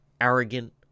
arrogant